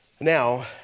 Now